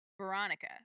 Veronica